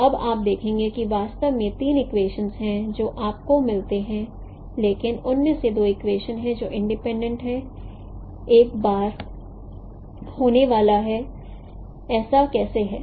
तो अब आप देखेंगे कि वास्तव में तीन इक्वेशन हैं जो आपको मिलते हैं लेकिन उनमें से दो इक्वेशन हैं जो इंडिपेंडेंट हैं एक बार बार होने वाला है ऐसा कैसे है